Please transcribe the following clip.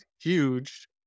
huge